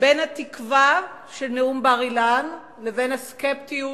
בין התקווה של נאום בר-אילן לבין הסקפטיות